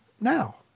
now